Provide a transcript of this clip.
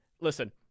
listen